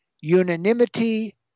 unanimity